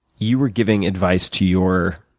you were giving advice to your